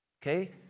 Okay